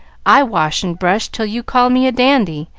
i wash and brush till you call me a dandy,